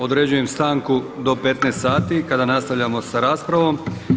Određujem stanku do 15,00 sati kada nastavljamo sa raspravom.